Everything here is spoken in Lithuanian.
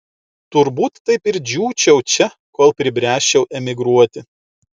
turbūt taip ir džiūčiau čia kol pribręsčiau emigruoti